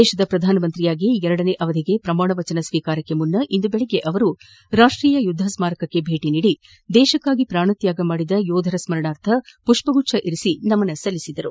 ದೇಶದ ಪ್ರಧಾನಮಂತ್ರಿಯಾಗಿ ಎರಡನೇ ಅವಧಿಗೆ ಪ್ರಮಾಣವಚನ ಸ್ವೀಕಾರಕ್ಕೆ ಮುನ್ನ ಇಂದು ಬೆಳಗ್ಗೆ ಅವರು ರಾಷ್ಟೀಯ ಯುದ್ಧ ಸ್ಮಾರಕಕ್ಕೆ ಭೇಟಿ ನೀಡಿ ದೇಶಕ್ಕಾಗಿ ಪಾಣತ್ಕಾಗ ಮಾಡಿದ ಯೋಧರ ಸ್ಮರಣಾರ್ಥ ಮಷ್ತಗುಚ್ಛ ಇರಿಸಿ ನಮನ ಸಲ್ಲಿಸಿದರು